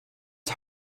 was